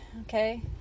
Okay